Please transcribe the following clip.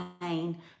pain